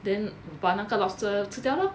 then 把那个 lobster 吃掉 lor